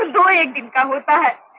ah noise with my